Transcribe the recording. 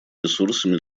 ресурсами